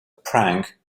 prank